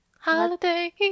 Holiday